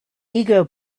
ego